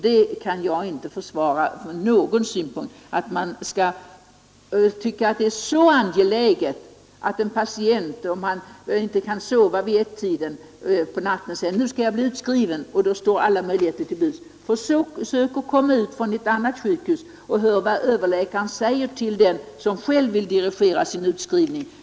Jag kan inte från någon synpunkt försvara att sådant sker. Om en patient inte kan sova vid ettiden på natten kan han bara säga: ”Nu skall jag bli utskriven.” Och då står alla möjligheter till buds. Försök att komma ut från ett annat sjukhus och hör vad överläkaren säger till den som själv vill dirigera sin utskrivning!